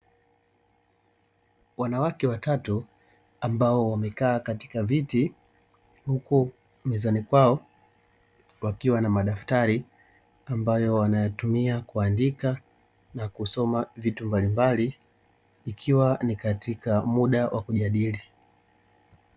Wanawake watatu ambao wamekaa katika viti huku mezani kwao, wakiwa wana madaftari ambayo wanayatumia kuandika na kusoma vitu mbalimbali ikiwa ni katika muda wa kujadili.